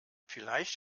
vielleicht